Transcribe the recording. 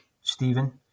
Stephen